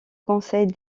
conseil